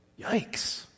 Yikes